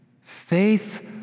Faith